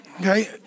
okay